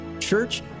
church